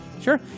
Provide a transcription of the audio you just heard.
Sure